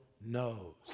knows